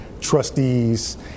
trustees